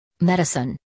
Medicine